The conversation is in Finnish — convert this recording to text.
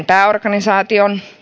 pääorganisaation